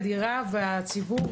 בגלל שזה דרך הנציבות?